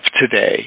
today